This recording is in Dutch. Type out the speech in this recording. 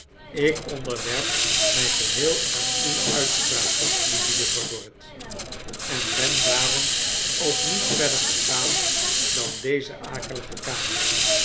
ik onderwerp mij geheel aan uw uitspraak lieve juffrouw dorrit en ben daarom ook niet verder gegaan dan deze akelige kamer